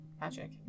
magic